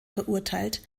verurteilt